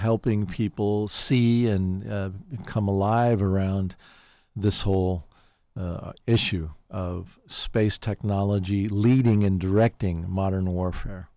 helping people see and come alive around this whole issue of space technology leading in directing modern warfare